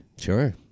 Sure